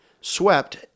swept